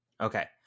Okay